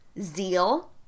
zeal